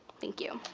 thank you.